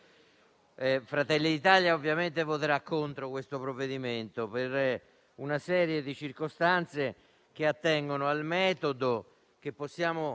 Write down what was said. Fratelli d'Italia, ovviamente, voterà contro questo provvedimento, per una serie di circostanze che attengono al metodo, che possiamo